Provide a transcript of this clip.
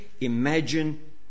imagine